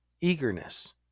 eagerness